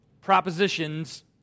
propositions